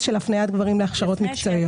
של הפניות גברים להכשרות מקצועיות.